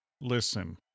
Listen